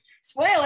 spoiler